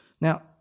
Now